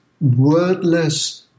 wordless